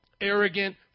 arrogant